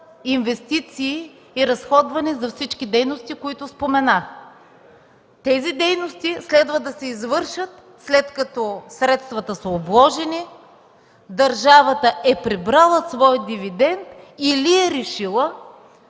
инвестиции и разходвани за всички дейности, които споменах. Тези дейности следва да се извършат след като средствата са обложени, държавата е прибрала своя дивидент или е решила